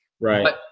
right